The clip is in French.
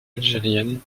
algériennes